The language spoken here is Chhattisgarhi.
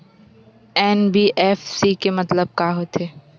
एन.बी.एफ.सी के मतलब का होथे?